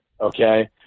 Okay